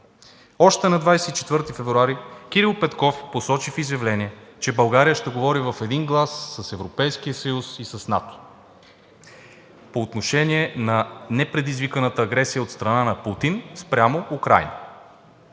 Още на 24 февруари Кирил Петков посочи в изявление, че България ще говори в един глас с Европейския съюз и с НАТО по отношение на непредизвиканата агресия от страна на Путин спрямо Украйна.